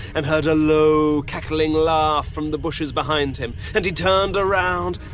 and heard a low cackling laugh from the bushes behind him, and he turned around,